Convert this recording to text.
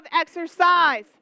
exercise